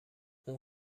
اون